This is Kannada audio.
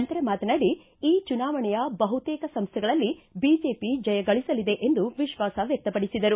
ನಂತರ ಮಾತನಾಡಿ ಈ ಚುನಾವಣೆಯ ಬಹುತೇಕ ಸಂಸ್ಥೆಗಳಲ್ಲಿ ಬಿಜೆಪಿ ಜಯ ಗಳಿಸಲಿದೆ ಎಂದು ವಿಶ್ವಾಸ ವ್ಯಕ್ತಪಡಿಸಿದರು